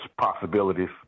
possibilities